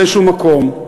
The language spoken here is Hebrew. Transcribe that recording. באיזשהו מקום,